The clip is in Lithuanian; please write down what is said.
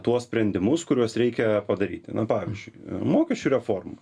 tuos sprendimus kuriuos reikia padaryti na pavyzdžiui mokesčių reforma